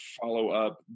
follow-up